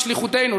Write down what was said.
בשליחותנו,